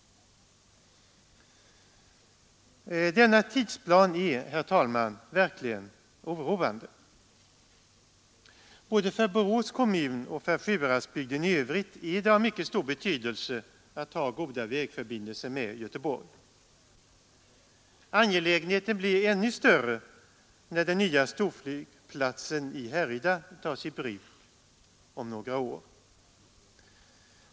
Denna tidsplan är, herr talman, verkligen oroande. Både för Borås kommun och för Sjuhäradsbygden i övrigt är det av mycket stor betydelse att ha goda vägförbindelser med Göteborg. Angelägenheten blir ännu större, när den nya storflygplatsen i Härryda tas i bruk om några år.